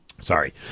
Sorry